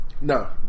No